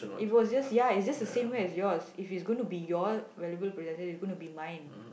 it was just ya it's just the same way as yours if it's gonna be your valuable possession it's gonna be mine